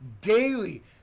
daily